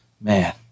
man